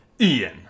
Ian